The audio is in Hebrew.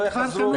זה